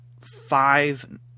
five